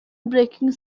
breaking